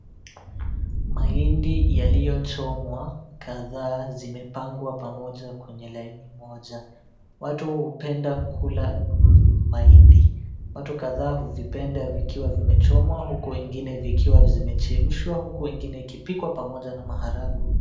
Mahindi yaliyochomwa kadhaa zimepangwa pamoja kwenye laini moja. Watu hupenda kula mahindi, watu kadhaa huzipenda vikiwa vimechomwa huku wengine vikiwa zimechemshwa huku wengine ikipikwa pamoja na maharagwe.